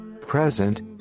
present